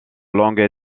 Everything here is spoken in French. langue